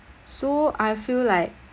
so I feel like